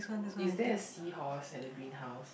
is there a seahorse at the green house